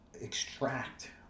extract